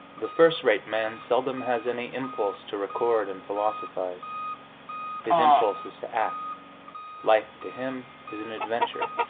the first-rate man seldom has any impulse to record and philosophise his impulse is to act life, to him, is an adventure,